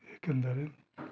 ಏಕೆಂದರೆ